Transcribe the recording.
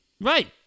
Right